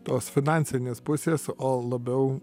tos finansinės pusės o labiau